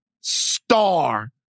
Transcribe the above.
star